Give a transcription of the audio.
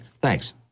Thanks